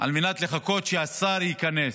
על מנת לחכות שהשר ייכנס.